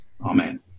Amen